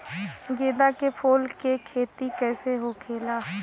गेंदा के फूल की खेती कैसे होखेला?